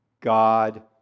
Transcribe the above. God